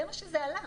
זה מה שזה עלה.